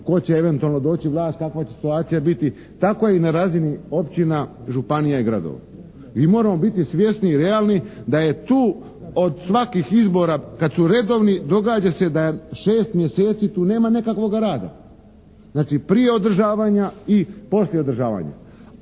tko će eventualno doći na vlast, kakva će ta situacija biti. Tako je i na razini općina, županija i gradova. Mi moramo biti svjesni i realni da je tu od svakih izbora kad su redovni događa se da šest mjeseci tu nema nekakvoga rada, znači prije održavanja i poslije održavanja.